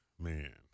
man